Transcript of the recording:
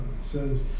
says